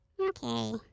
Okay